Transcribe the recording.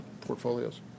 portfolios